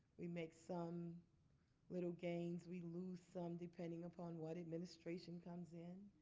we make some little gains we lose some depending upon what administration comes in.